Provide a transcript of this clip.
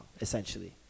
essentially